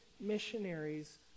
missionaries